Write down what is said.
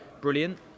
brilliant